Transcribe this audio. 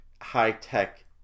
high-tech